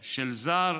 של זר,